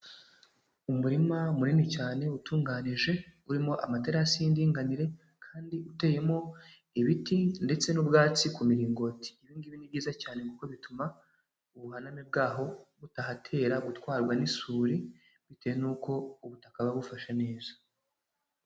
Umurima munini cyane utunganije, urimo amaterasi y'indinganire, kandi uteyemo ibiti ndetse n'ubwatsi ku miringoti. Ibi ngibi ni byiza cyane kuko bituma, ubuhaname bwaho butahatera gutwarwa n'isuri, bitewe nuko ubutaka buba bufashe neza.